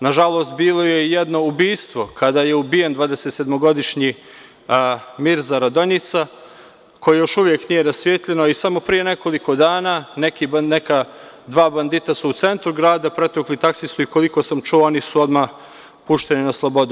Nažalost, bilo je jedno ubistvo kada je ubijen dvadesetsedmogodišnji Mirza Radonjica, koje još uvek nije rasvetljeno i samo pre nekoliko dana neka dva bandita su u centru grada pretukli taksistu i koliko sam čuo oni su odmah pušteni na slobodu.